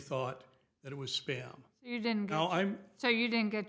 thought that it was spam you didn't go i'm so you didn't get